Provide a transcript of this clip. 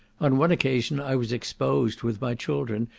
on one occasion i was exposed, with my children,